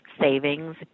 savings